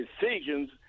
decisions